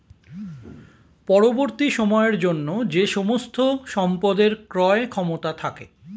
পরবর্তী সময়ের জন্য যে সমস্ত সম্পদের ক্রয় ক্ষমতা থাকে